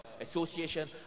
association